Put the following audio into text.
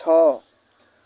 ଛଅ